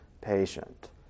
patient